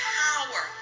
power